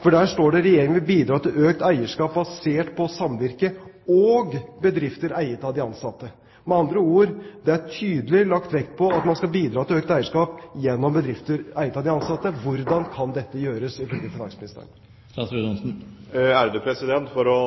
for der står det: «Regjeringen vil bidra til økt eierskap basert på samvirke og bedrifter eiet av de ansatte.» Med andre ord: Det er tydelig lagt vekt på at man skal bidra til økt eierskap gjennom bedrifter eiet av de ansatte. Hvordan kan dette gjøres, ifølge finansministeren? For å